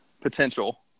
potential